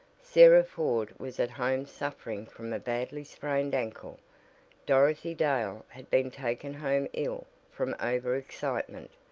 sarah ford was at home suffering from a badly sprained ankle dorothy dale had been taken home ill from over-excitement,